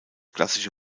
klassische